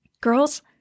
Girls